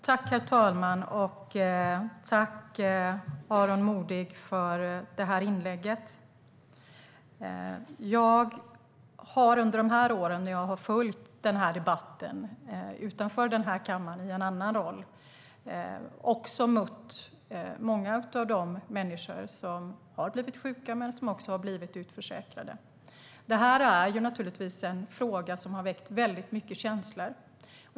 Herr talman! Jag tackar Aron Modig för inlägget. Jag har under de år då jag följt debatten utanför den här kammaren i en annan roll mött många av de människor som har blivit sjuka och även utförsäkrade. Det här är naturligtvis en fråga som har väckt väldigt mycket känslor.